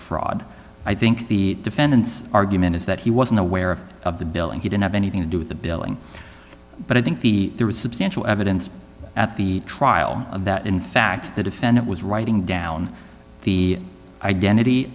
fraud i think the defendant's argument is that he wasn't aware of the bill and he didn't have anything to do with the billing but i think the there was substantial evidence at the trial that in fact the defendant was writing down the identity